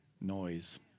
Noise